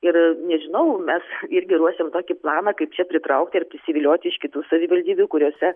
ir nežinau mes irgi ruošiam tokį planą kaip čia pritraukti ir prisivilioti iš kitų savivaldybių kuriose